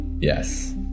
Yes